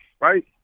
right